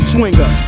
Swinger